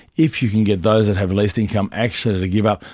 if you can get those that have least income actually to give up,